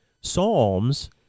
Psalms